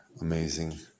amazing